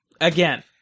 Again